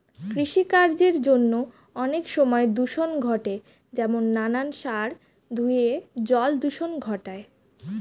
কৃষিকার্যের জন্য অনেক সময় দূষণ ঘটে যেমন নানান সার ধুয়ে জল দূষণ ঘটায়